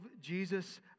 Jesus